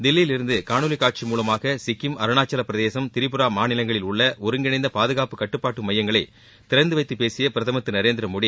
தில்லியிலிருந்து காணொலி காட்சி மூலமாக சிக்கிம் அருணாசலப்பிரதேசம் திரிபுரா மாநிலங்களில் உள்ள ஒருங்கிணைந்த பாதுகாப்பு கட்டுப்பாட்டு மையங்களை திறந்து வைத்து பேசிய பிரதமர் திரு நரேந்திரமோடி